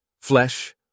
Flesh